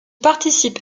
participe